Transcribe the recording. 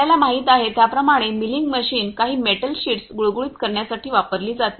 आपल्याला माहित आहे त्याप्रमाणे मिलिंग मशीन काही मेटल शीट्स गुळगुळीत करण्यासाठी वापरली जाते